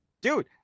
dude